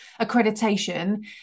accreditation